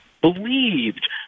believed